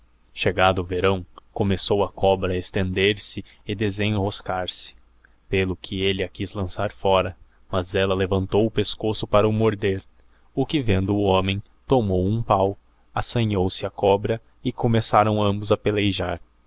o verão começou a cobra a estender-se e desenroscara quiz lançar fora pelo que elle se mas ella levantou o pescoço para o morder o que vendo o homem tomou a cobra e cohum pào assanhou se meçarão ambos a